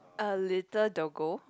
a little doggo